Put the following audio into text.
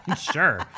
sure